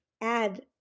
add